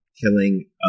killing